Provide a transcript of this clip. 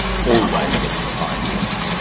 always look at the fine print.